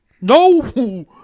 No